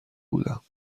بودم